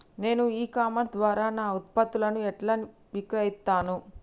నేను e commerce ద్వారా నా ఉత్పత్తులను ఎట్లా విక్రయిత్తను?